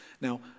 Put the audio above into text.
Now